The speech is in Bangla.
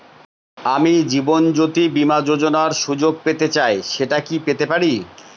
আমি জীবনয্যোতি বীমা যোযোনার সুযোগ পেতে চাই সেটা কি পেতে পারি?